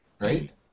right